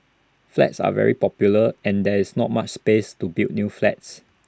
flats are very popular and there is not much space to build new flats